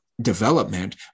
development